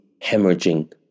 hemorrhaging